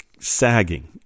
sagging